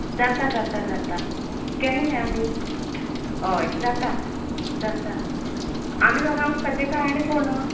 जाता जाता जाता केन्ना या आमी हय जाता जाता आमी दोगां वचपाची काय आनी कोण